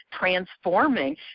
transforming